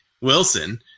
Wilson